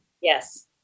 Yes